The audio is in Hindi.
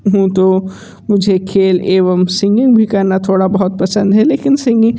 हूँ तो मुझे खेल एवं सिंगिंग भी करना थोड़ा बहुत पसंद है लेकिन सिंगिंग